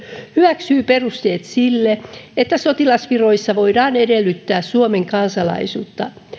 hyväksyy perusteet sille että sotilasviroissa voidaan edellyttää suomen kansalaisuutta